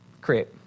Create